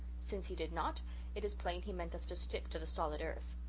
since he did not it is plain he meant us to stick to the solid earth.